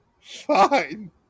Fine